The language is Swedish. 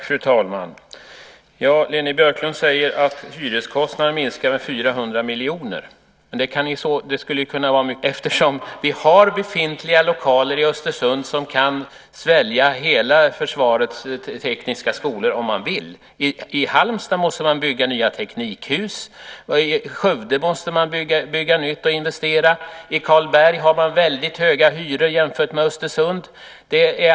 Fru talman! Leni Björklund säger att hyreskostnaderna minskar med 400 miljoner, men det skulle ju kunna vara mycket mer. Vi har befintliga lokaler i Östersund som kan svälja alla försvarets tekniska skolor, om man vill. I Halmstad måste man bygga nya teknikhus, i Skövde måste man bygga nytt och investera och i Karlberg har man väldigt höga hyror jämfört med Östersund.